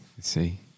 see